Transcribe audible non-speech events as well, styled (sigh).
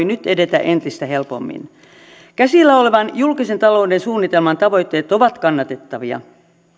(unintelligible) nyt edetä entistä helpommin käsillä olevan julkisen talouden suunnitelman tavoitteet ovat kannatettavia